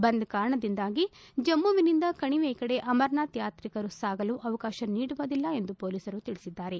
ಬಂದ್ ಕಾರಣದಿಂದಾಗಿ ಜಮ್ನುವಿನಿಂದ ಕಣಿವೆಯ ಕಡೆ ಅಮರನಾಥ ಯಾತ್ರಿಕರು ಸಾಗಲು ಅವಕಾಶ ನೀಡುವುದಿಲ್ಲ ಎಂದು ಮೊಲೀಸರು ತಿಳಿಸಿದ್ದಾರೆ